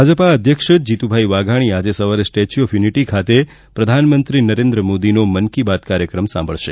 ભાજપ અધ્યક્ષ જીતુભાઇ વાઘાણી આજે સવારે સ્ટેચ્યુ ઓફ યુનિટી ખાતે પ્રધાનમંત્રી નરેન્દ્રમોદીનો મન કી બાત કાર્યક્રમ સાંભળશે